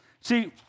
See